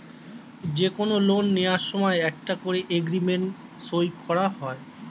যে কোনো লোন নেয়ার সময় একটা করে এগ্রিমেন্ট সই করা হয়